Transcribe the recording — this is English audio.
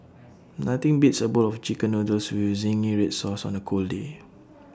nothing beats A bowl of Chicken Noodles with Zingy Red Sauce on A cold day